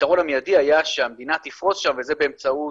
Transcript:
הפתרון המיידי היה שהמדינה תפרוס שם וזה באמצעות